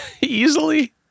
easily